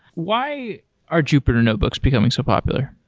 why are jupyter notebooks becoming so popular?